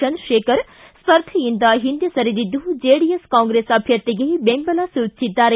ಚಂದ್ರಶೇಖರ್ ಸ್ಪರ್ಧೆಯಿಂದ ಹಿಂದೆ ಸರಿದಿದ್ದು ಜೆಡಿಎಸ್ ಕಾಂಗ್ರೆಸ್ ಅಭ್ಯರ್ಥಿಗೆ ಬೆಂಬಲ ಸೂಚಿಸಿದ್ದಾರೆ